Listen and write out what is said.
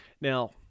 Now